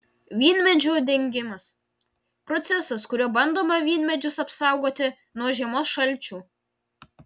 vynmedžių dengimas procesas kuriuo bandoma vynmedžius apsaugoti nuo žiemos šalčių